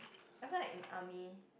I feel like in army